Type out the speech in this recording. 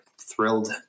thrilled